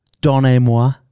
Donnez-moi